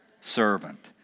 Servant